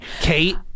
Kate